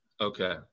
Okay